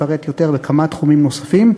אפרט יותר בכמה תחומים נוספים.